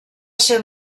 ser